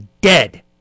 dead